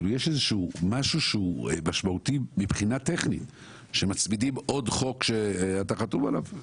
יש משהו שהוא משמעותי מבחינה טכנית שמצמידים עוד חוק שאתה חתום עליו?